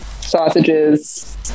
Sausages